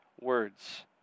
words